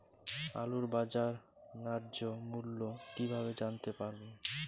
আলুর বাজার ন্যায্য মূল্য কিভাবে জানতে পারবো?